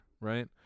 right